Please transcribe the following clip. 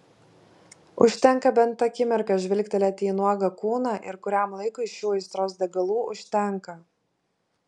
užtenka bent akimirką žvilgtelėti į nuogą kūną ir kuriam laikui šių aistros degalų užtenka